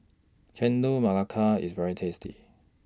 Chendol Melaka IS very tasty